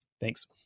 Thanks